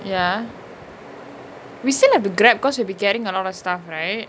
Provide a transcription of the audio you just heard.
ya we still have to grab because we will be getting a lot of stuff right